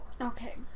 Okay